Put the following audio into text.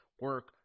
Work